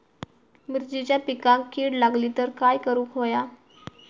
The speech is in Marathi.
मिरचीच्या पिकांक कीड लागली तर काय करुक होया?